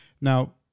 Now